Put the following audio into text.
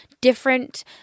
different